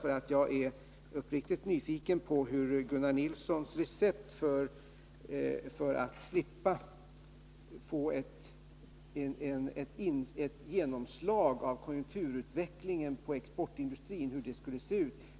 Jag är nämligen uppriktigt nyfiken på hur Gunnar Nilssons recept för att slippa få ett genomslag av konjunkturutvecklingen på exportindustrin skulle se ut.